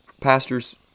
pastors